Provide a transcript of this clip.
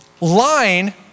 line